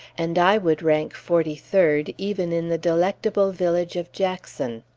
and i would rank forty-third even in the delectable village of jackson.